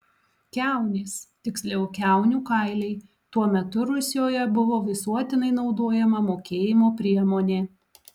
kiaunės tiksliau kiaunių kailiai tuo metu rusioje buvo visuotinai naudojama mokėjimo priemonė